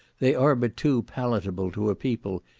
they are but too palatable to a people,